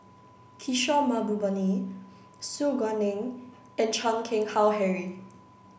Kishore Mahbubani Su Guaning and Chan Keng Howe Harry